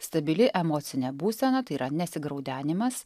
stabili emocinė būsena tai yra nesigraudenimas